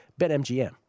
BetMGM